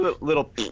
little